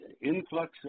influx